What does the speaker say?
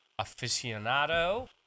aficionado